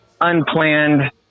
unplanned